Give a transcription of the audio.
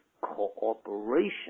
cooperation